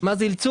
מה זה אילצו?